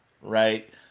right